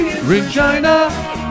Regina